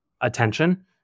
attention